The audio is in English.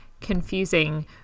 confusing